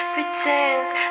Pretends